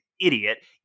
idiot